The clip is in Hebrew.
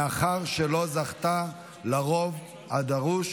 מאחר שלא זכתה לרוב הדרוש.